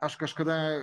aš kažkada